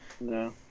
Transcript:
No